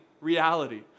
reality